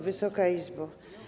Wysoka Izbo!